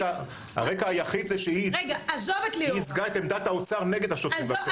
הרקע היחיד זה שהיא ייצגה את עמדת האוצר נגד השוטרים והסוהרים.